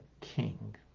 king